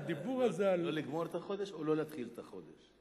לא לגמור את החודש או לא להתחיל את החודש?